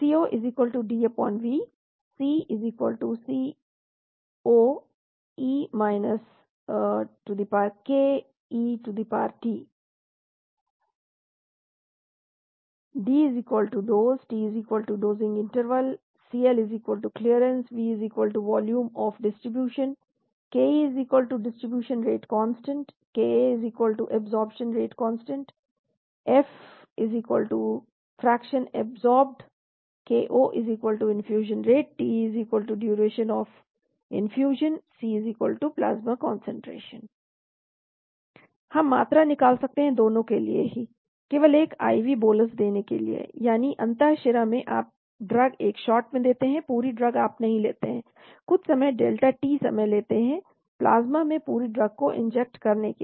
Co DV C Co e ket D dose t dosing interval CL clearance V volume of distribution ke elimination rate constant ka absorption rate constant F fraction absorbed K0 infusion rate T duration of infusion C plasma concentration D खुराक t खुराक अंतराल CL निकासी V वितरण की मात्रा ke elimination दर स्थिरांक ka अवशोषण दर स्थिरांक F अवशोषित अंश जैवउपलब्धता K0 इन्फ्यूश़न दर T इन्फ्यूश़न की अवधि C प्लाज्मा कान्सन्ट्रेशन हम मात्रा निकाल सकते हैं दोनों के लिए ही केवल एक IV बोलस देने के लिए यानी अंतःशिरा में आप ड्रग एक शॉट में देते हैं पूरी ड्रग आप नहीं लेते हैं कुछ समय डेल्टा t समय लेते हैं प्लाज्मा में पूरी ड्रग को इंजेक्ट करने के लिए